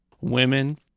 Women